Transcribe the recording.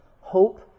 Hope